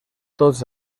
tots